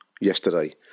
yesterday